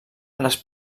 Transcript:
les